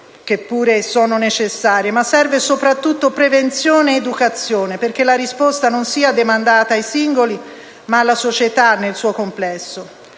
che pure sono necessarie, ma serve soprattutto prevenzione ed educazione, perché la risposta non sia demandata ai singoli, ma alla società nel suo complesso.